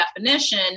definition